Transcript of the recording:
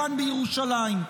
כאן בירושלים.